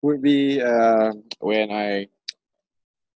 would be um when I